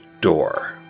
door